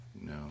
no